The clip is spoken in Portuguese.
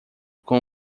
com